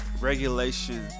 regulation